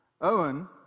owen